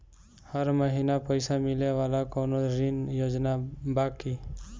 हर महीना पइसा मिले वाला कवनो ऋण योजना बा की?